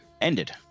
ended